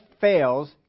fails